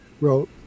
wrote